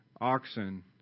oxen